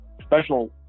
special